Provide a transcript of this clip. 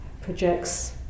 projects